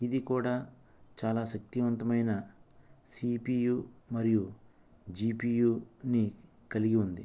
ఇది కూడా చాలా శక్తివంతమైన సిపియు మరియు జిపియుని కలిగి ఉంది